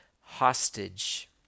hostage